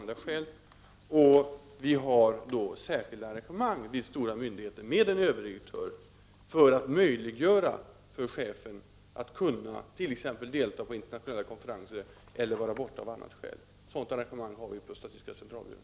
Det görs då särskilda arrangemang, vid stora myndigheter med en överdirektör, för att möjliggöra för chefen att t.ex. delta i internationella konferenser eller vara borta av andra skäl. Vi har ett sådant arrangemang på statistiska centralbyrån.